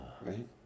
right